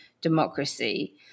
democracy